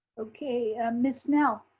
okay, ms. snell,